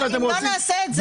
אם לא נעשה את זה,